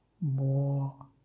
More